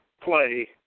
play